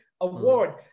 award